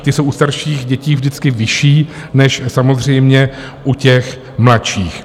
Ty jsou u starších dětí vždycky vyšší než samozřejmě u těch mladších.